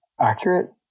accurate